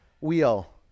Wheel